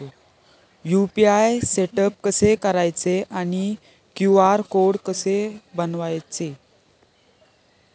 UPI setup कसे करायचे आणि क्यू.आर कोड कसा बनवायचा?